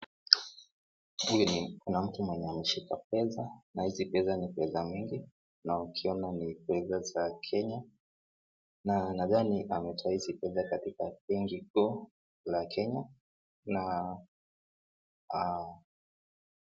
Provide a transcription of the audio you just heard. Huyu ni kuna mtu mwenye ameshika pesa na hizi pesa ni pesa mingi na ukiona ni pesa za Kenya na nadhani ametoa hizi pesa katika benki kuu la Kenya .